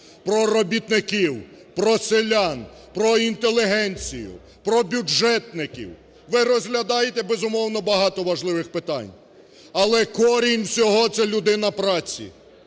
про робітників, про селян, про інтелігенцію, про бюджетників. Ви розглядаєте, безумовно, багато важливих питань, але корінь всього – це людина праці.